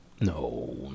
No